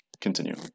continue